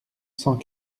cent